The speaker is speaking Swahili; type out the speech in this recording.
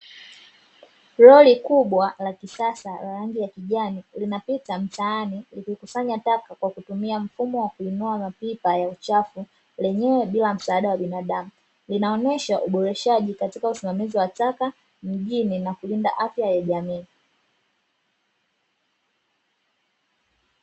Lori kubwa la kisasa la rangi ya kijani, linapita mtaani likikusanya taka kwa kutumia mfumo wa kuinua mapipa ya uchafu lenyewe bila msaada wa binadamu. Linaonesha uboreshaji katika usimamizi wa taka mjini na kulinda afya ya jamii.